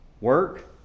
work